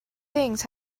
things